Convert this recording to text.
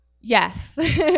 yes